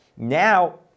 Now